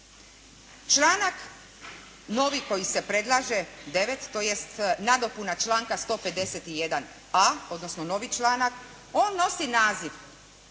Članak novi koji se predlaže 9. tj. nadopuna članka 151.a., odnosno novi članak, on nosi naziv